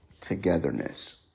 togetherness